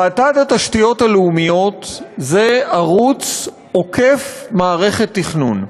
הוועדה לתשתיות לאומיות זה ערוץ עוקף מערכת תכנון.